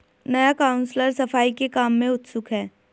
नया काउंसलर सफाई के काम में उत्सुक है